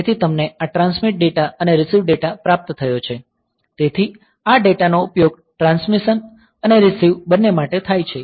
તેથી તમને આ ટ્રાન્સમિટ ડેટા અને રીસીવ ડેટા પ્રાપ્ત થયો છે તેથી આ ડેટા નો ઉપયોગ ટ્રાન્સમિશન અને રીસીવ બંને માટે થાય છે